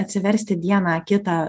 atsiversti dieną kitą